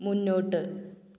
മുന്നോട്ട്